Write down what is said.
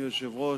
אדוני היושב-ראש,